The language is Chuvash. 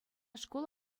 шкул